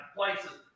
places